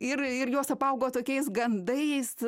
ir ir jos apaugo tokiais gandais